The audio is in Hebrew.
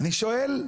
אני שואל,